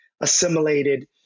assimilated